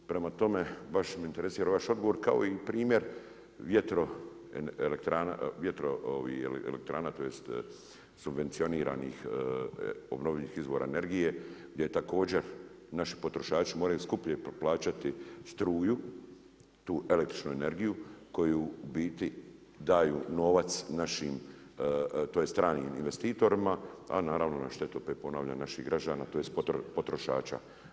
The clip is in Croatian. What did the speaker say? Prema tome, baš me interesira vaš odgovor kao i primjer vjetroelektrana tj. subvencioniranih obnovljivih izvora energije gdje također naši potrošači moraju skuplje plaćati struju, tu električnu energiju koji u biti daju novac našim tj. stranim investitorima, a naravno na štetu opet ponavljam naših građana, tj. potrošača.